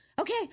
Okay